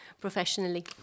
professionally